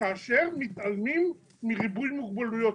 כאשר מתעלמים מריבוי מוגבלויות.